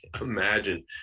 imagine